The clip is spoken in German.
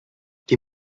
die